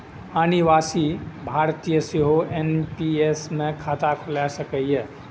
अनिवासी भारतीय सेहो एन.पी.एस मे खाता खोलाए सकैए